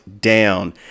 down